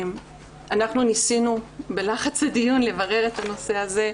אנחנו ניסינו, בלחץ הדיון, לברר את הנושא הזה.